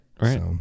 Right